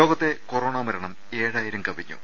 ലോകത്തെ കൊറോണ മരണം ഏഴായിരം കവിഞ്ഞു